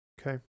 Okay